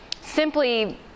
simply